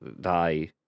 die